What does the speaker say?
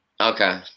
Okay